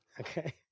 Okay